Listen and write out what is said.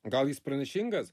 gal jis pranašingas